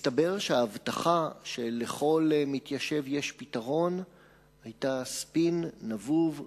מסתבר שההבטחה שלכל מתיישב יש פתרון היתה ספין נבוב,